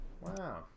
Wow